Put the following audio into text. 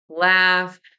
laugh